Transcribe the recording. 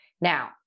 Now